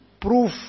proof